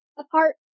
apart